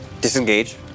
disengage